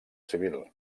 civil